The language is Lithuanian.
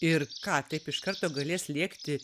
ir ką taip iš karto galės lėkti